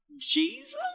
Jesus